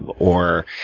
but or,